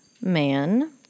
man